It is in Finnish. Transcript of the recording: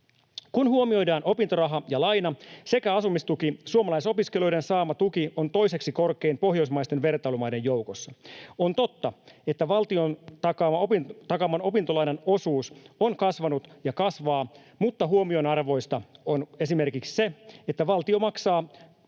Kun huomioidaan opintoraha ja ‑laina sekä asumistuki, suomalaisopiskelijoiden saama tuki on toiseksi korkein pohjoismaisten vertailumaiden joukossa. On totta, että valtion takaaman opintolainan osuus on kasvanut ja kasvaa, mutta huomionarvoista on esimerkiksi se, että valtio maksaa